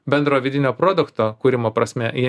bendro vidinio produkto kūrimo prasme ji